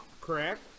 Correct